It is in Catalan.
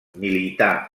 milità